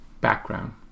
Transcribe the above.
background